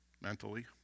mentally